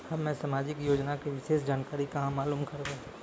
हम्मे समाजिक योजना के विशेष जानकारी कहाँ मालूम करबै?